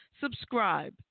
subscribe